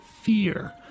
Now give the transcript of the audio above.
fear